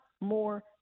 more